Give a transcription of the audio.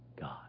God